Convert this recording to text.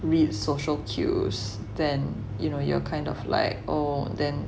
read social cues then you know you are kind of like oh then